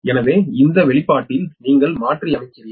எனவே இந்த வெளிப்பாட்டில் நீங்கள் மாற்றியமைக்கிறீர்கள்